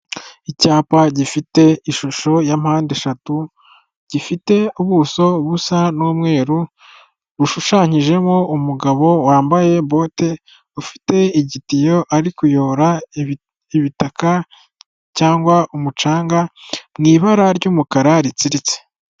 Icyapa gifite ishusho ya mpande eshatu ,gifite ubuso busa n'umweru bushushanyijemo umugabo wambaye bote ufite igitiyo ari kuyobora ibitaka cyangwa umucanga mu ibara ry'umukara ritsiritse.